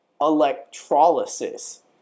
electrolysis